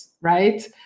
right